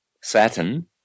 Saturn